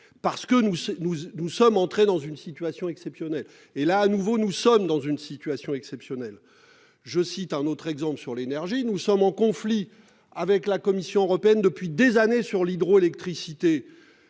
nous, nous nous sommes entrés dans une situation exceptionnelle et là, à nouveau, nous sommes dans une situation exceptionnelle je cite un autre exemple sur l'énergie. Nous sommes en conflit avec la Commission européenne depuis des années sur l'hydroélectricité.